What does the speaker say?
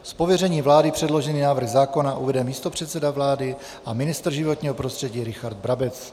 Z pověření vlády předložený návrh zákona uvede místopředseda vlády pan ministr životního prostředí Richard Brabec.